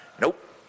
Nope